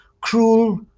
cruel